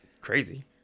Crazy